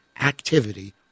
activity